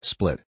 Split